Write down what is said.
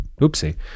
oopsie